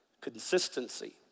consistency